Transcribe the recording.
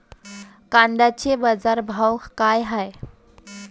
कांद्याचे बाजार भाव का हाये?